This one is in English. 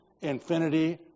infinity